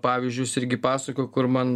pavyzdžius irgi pasakojo kur man